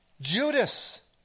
Judas